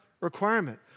requirement